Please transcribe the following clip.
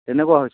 তেনেকুৱা হৈছে